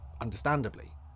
understandably